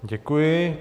Děkuji.